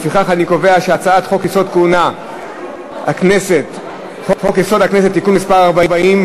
לפיכך אני קובע שהצעת חוק-יסוד: הכנסת (תיקון מס' 40)